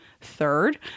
Third